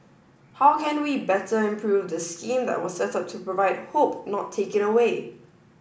how can we better improve this scheme that was set up to provide hope not take it away